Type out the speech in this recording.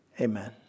Amen